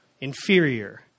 inferior